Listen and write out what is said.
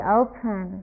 open